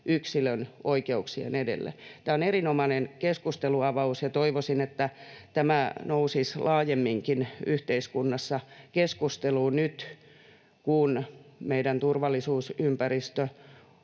yksilön oikeuksien edelle. Tämä on erinomainen keskustelun-avaus, ja toivoisin, että tämä nousisi laajemminkin yhteiskunnassa keskusteluun nyt, kun meidän turvallisuusympäristömme